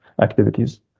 activities